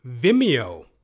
Vimeo